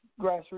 Grassroots